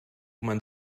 man